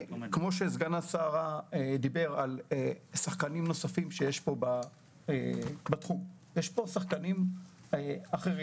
כפי שסגן השרה אמר לגבי שחקנים נוספים שיש בתחום יש פה שחקנים אחרים